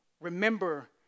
Remember